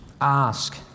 ask